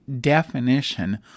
definition